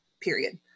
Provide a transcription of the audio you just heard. period